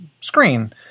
screen